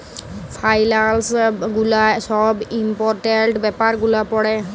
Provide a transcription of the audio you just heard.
ফাইলালস গুলা ছব ইম্পর্টেলট ব্যাপার গুলা পড়ে